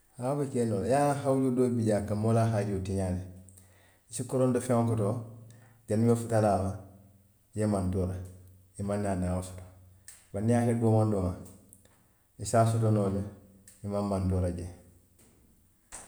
Haa wo be kee noo la, i ye a loŋ hawujoo doo bi jee a ka moo la haajoo tiñaa le, i si koronto feŋo koto, janniŋ i be futa la a ma, i ye mantoora i maŋ naa neo soto, bari niŋ i ye a ke doomaŋ doomaŋ, i si a soto noo le, imaŋ mantoora jee